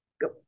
Go